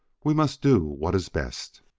we must do what is best.